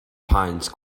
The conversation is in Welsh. paent